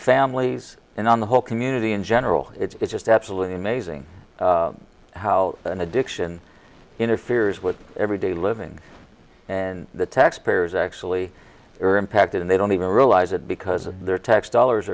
families and on the whole community in general it's just absolutely amazing how an addiction interferes with everyday living and the taxpayers actually are impacted and they don't even realize it because of their tax dollars